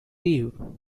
leave